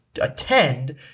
attend